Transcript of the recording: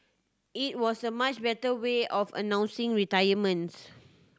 it was a much better way of announcing retirements